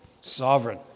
sovereign